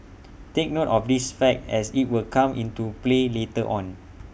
take note of this fact as IT will come into play later on